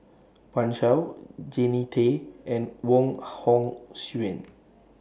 Pan Shou Jannie Tay and Wong Hong Suen